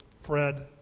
Fred